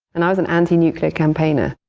and i was an anti-nuclear campaigner.